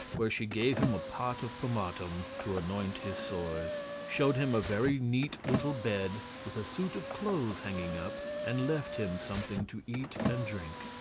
where she gave him a pot of pomatum to anoint his sores, showed him a very neat little bed, with a suit of clothes hanging up, and left him something to eat and drink.